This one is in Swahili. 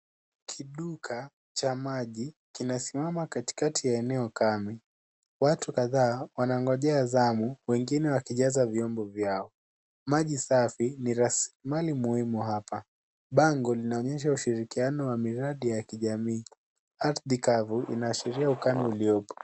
Kiduka cha maji kinasimama katikati ya eneo kame. Watu kadhaa wanangojea zamu wengine wakijaza vyombo vyao. Maji safi ni la muhimu hapa. Bango linaonyesha ushirikiano wa miradi ya kijamii. Ardhi kavu inaashiria ukame uliopo.